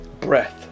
Breath